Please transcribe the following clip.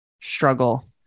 struggle